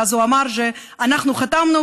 ואז הוא אמר: אנחנו חתמנו,